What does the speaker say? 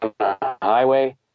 highway